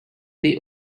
they